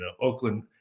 Oakland